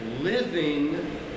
living